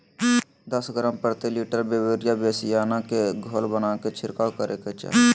दस ग्राम प्रति litre beauveria bassiana के घोल बनाके छिड़काव करे के चाही